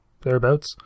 thereabouts